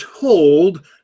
told